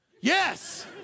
Yes